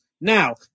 now